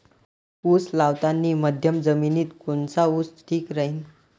उस लावतानी मध्यम जमिनीत कोनचा ऊस ठीक राहीन?